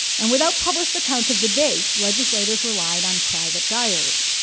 and without published accounts of debates, legislators relied on private diaries.